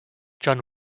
john